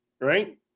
right